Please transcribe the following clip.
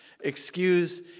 excuse